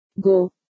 go